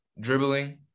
dribbling